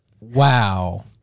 Wow